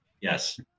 Yes